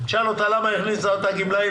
אני אשאל אותה למה הכניסה את הגמלאים